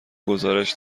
گزارش